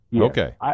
Okay